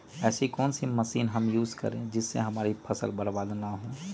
ऐसी कौन सी मशीन हम यूज करें जिससे हमारी फसल बर्बाद ना हो?